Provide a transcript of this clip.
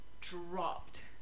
dropped